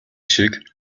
шиг